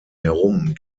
herum